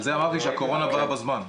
על זה אמרתי שהקורונה באה בזמן.